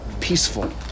peaceful